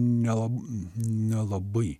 nela nelabai